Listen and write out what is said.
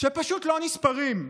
שפשוט לא נספרים?